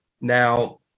Now